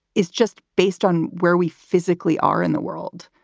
is just based on where we physically are in the world.